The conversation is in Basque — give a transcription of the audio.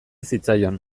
zitzaion